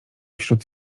wśród